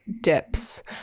dips